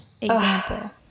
example